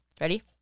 ready